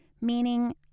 meaning